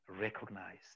recognized